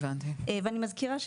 אני מזכירה,